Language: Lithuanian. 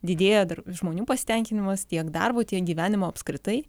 didėja žmonių pasitenkinimas tiek darbu tiek gyvenimu apskritai